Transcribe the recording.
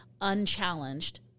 unchallenged